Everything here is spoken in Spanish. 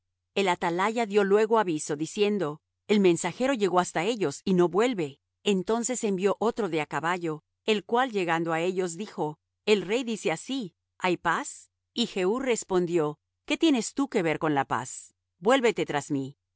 el atalaya dió luego aviso diciendo el mensajero llegó hasta ellos y no vuelve entonces envió otro de á caballo el cual llegando á ellos dijo el rey dice así hay paz y jehú respondió qué tienes tú que ver con la paz vuélvete tras mí